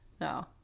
No